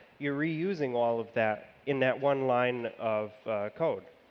you're reusing all of that in that one line of code.